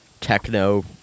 techno